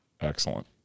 Excellent